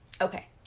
Okay